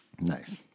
Nice